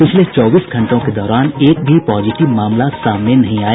पिछले चौबीस घंटों के दौरान एक भी पॉजिटिव मामला सामने नहीं आया